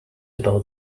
about